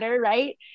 right